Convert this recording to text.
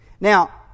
Now